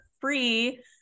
free